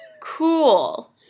cool